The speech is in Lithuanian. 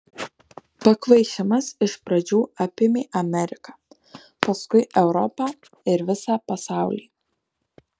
pakvaišimas iš pradžių apėmė ameriką paskui europą ir visą pasaulį